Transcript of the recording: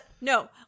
No